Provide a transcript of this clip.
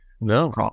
no